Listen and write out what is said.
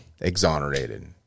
Exonerated